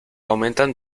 aumentan